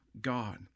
God